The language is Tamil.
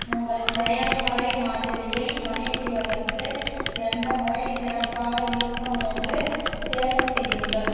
உங்கள் செயல்முறை மாதிரியில் பணிபுரிவதற்கு எந்த முறை சிறப்பாக இருக்கும் என்று தேர்வுசெய்யுங்கள்